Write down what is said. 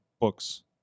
books